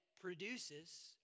produces